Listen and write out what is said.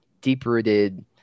deep-rooted